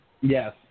Yes